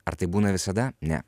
ar tai būna visada ne